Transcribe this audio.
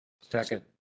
Second